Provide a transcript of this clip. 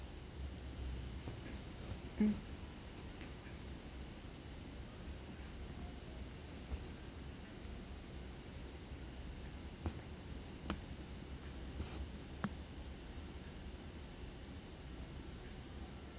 hmm